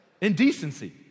Indecency